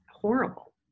horrible